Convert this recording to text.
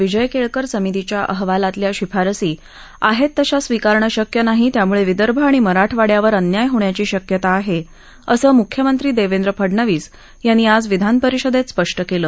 विजय केळकर समितीच्या अहवालातील शिफारशी आहेत तशा स्वीकारणं शक्य नाही यामुळे विदर्भ आणि मराठवाड्यावर अन्याय होण्याची शक्यता आहे असं मुख्यमंत्री देवेंद्र फडणवीस यांनी आज विधानपरिषदेत स्पष्ट केलं